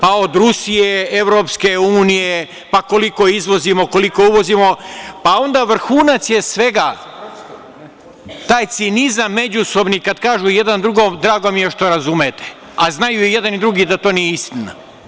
Pa od Rusije, EU, pa koliko izvozimo, koliko uvozimo, pa onda vrhunac je svega taj cinizam međusobni kada kažu jedan drugome, drago mi je što razumete, a znaju i jedan i drugi da to nije istina.